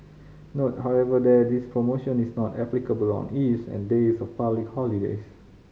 note however that this promotion is not applicable on eves and days of public holidays